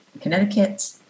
Connecticut